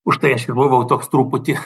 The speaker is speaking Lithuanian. užtai aš ir buvau toks truputį